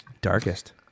Darkest